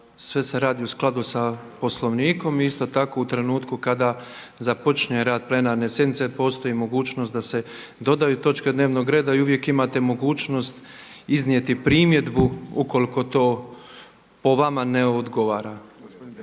sve se radi u skladu sa Poslovnikom i isto tako u trenutku kada započinje rad plenarne sjednice postoji mogućnost da se dodaju točke dnevnog reda i uvijek imate mogućnost iznijeti primjedbu ukoliko to po vama ne odgovara.